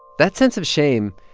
that sense of shame,